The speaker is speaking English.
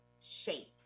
shape